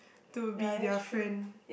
to be their friend